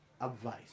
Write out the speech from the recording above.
advice